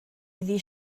iddi